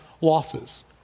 losses